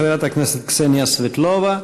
חברת הכנסת קסניה סבטלובה,